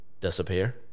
disappear